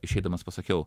išeidamas pasakiau